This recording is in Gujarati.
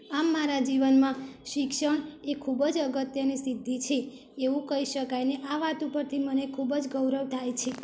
આમ મારા જીવનમાં શિક્ષણ એ ખૂબ જ અગત્યની સિદ્ધિ છે એવું કહી શકાય અને આ વાત ઉપરથી મને ખૂબ જ ગૌરવ થાય છે